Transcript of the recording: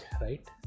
right